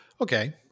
Okay